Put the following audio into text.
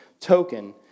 token